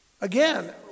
Again